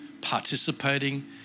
participating